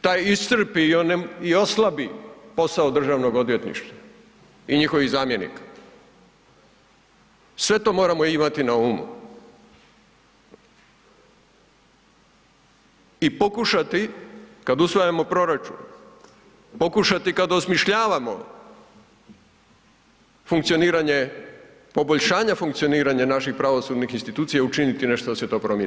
Taj iscrpi i oslabi posao državnog odvjetništva i njihovih zamjenika, sve to moramo imati na umu i pokušati kada usvajamo proračun, pokušati kada osmišljavamo funkcioniranje, poboljšanje funkcioniranja naših pravosudnih institucija učiniti nešto da se to promijeni.